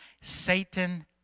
Satan